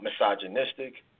misogynistic